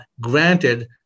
Granted